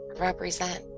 represent